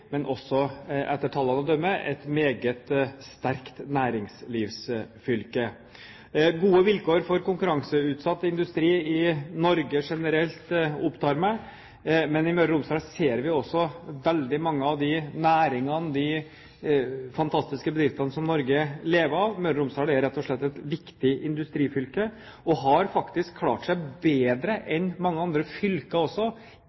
men også – etter tallene å dømme – et meget sterkt næringslivsfylke. Gode vilkår for konkurranseutsatt industri i Norge generelt opptar meg, men i Møre og Romsdal ser vi også veldig mange av de næringene, de fantastiske bedriftene, som Norge lever av. Møre og Romsdal er rett og slett et viktig industrifylke som faktisk har klart seg bedre